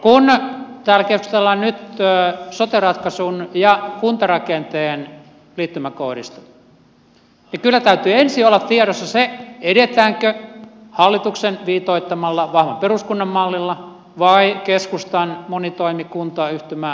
kun täällä keskustellaan nyt sote ratkaisun ja kuntarakenteen liittymäkohdista niin kyllä täytyy ensin olla tiedossa se edetäänkö hallituksen viitoittamalla vahvan peruskunnan mallilla vai keskustan monitoimikuntayhtymä mallilla